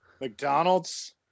McDonald's